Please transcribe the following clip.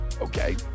Okay